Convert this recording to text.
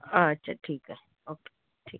अच्छा ठीक आहे ओके ठीक